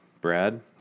Brad